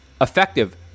effective